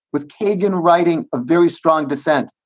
with kagan writing a very strong dissent.